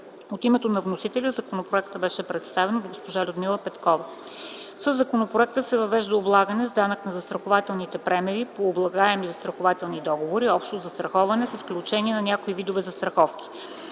От името на вносителя законопроектът беше представен от госпожа Людмила Петкова. Със законопроекта се въвежда облагане с данък на застрахователните премии по облагаеми застрахователни договори (общо застраховане с изключение на някои видове застраховки).